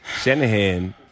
Shanahan